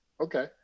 Okay